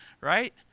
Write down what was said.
right